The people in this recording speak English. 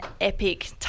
epic